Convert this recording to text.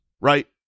right